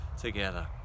together